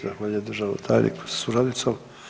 Zahvaljujem državnom tajniku sa suradnicom.